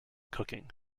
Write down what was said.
cooking